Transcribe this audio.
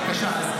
בבקשה,